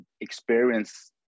experience